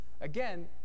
Again